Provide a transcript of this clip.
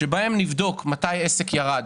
בהם נבדוק מתי עסק ירד,